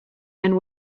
and